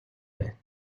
байна